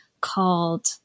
called